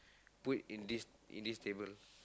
put in this in this table